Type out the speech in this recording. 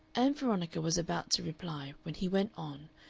ann veronica was about to reply, when he went on,